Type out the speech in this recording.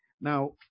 Now